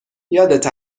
یادت